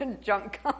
junk